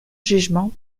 jugement